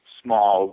small